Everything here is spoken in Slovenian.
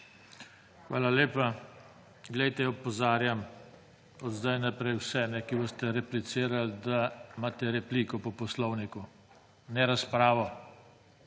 Hvala lepa. Poglejte, opozarjam od zdaj naprej vse, ki boste replicirali, da imate repliko po poslovniku, ne razpravo.